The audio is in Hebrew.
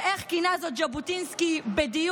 ואיך כינה זאת ז'בוטינסקי בדיוק?